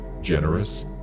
generous